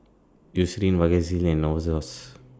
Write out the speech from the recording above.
Eucerin Vagisil and Novosource